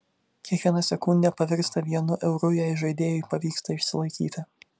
kiekviena sekundė pavirsta vienu euru jei žaidėjui pavyksta išsilaikyti